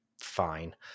fine